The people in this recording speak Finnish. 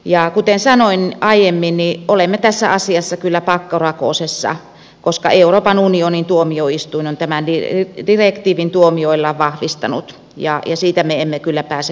ja kuten sanoin aiemmin olemme tässä asiassa kyllä pakkorakosessa koska euroopan unionin tuomioistuin on tämän direktiivin tuomioillaan vahvistanut ja siitä me emme kyllä pääse karkuun